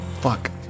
Fuck